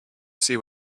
see